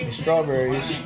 strawberries